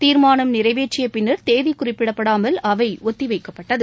தீர்மானம் நிறைவேற்றியப் பின்னர் தேதி குறிப்பிடாமல் அவை ஒத்திவைக்கப்பட்டது